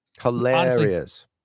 Hilarious